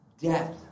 death